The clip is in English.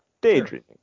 Daydreaming